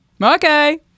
Okay